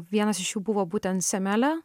vienas iš jų buvo būtent semelė